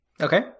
Okay